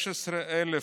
16,000,